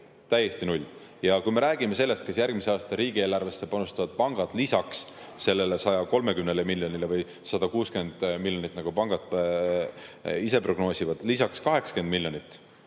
täiesti null. Ja kui me räägime sellest, kas järgmise aasta riigieelarvesse panustavad pangad lisaks 130 või 160 miljonile, nagu pangad ise prognoosivad, 80 miljonit